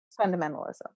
fundamentalism